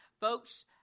Folks